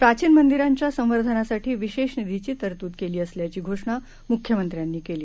प्राचीन मंदिरांच्या संवर्धनासाठी विशेष निधीची तरतूद केली असल्याची घोषणा म्ख्यमंत्र्यांनी केली